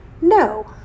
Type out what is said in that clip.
No